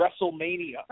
WrestleMania